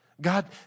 God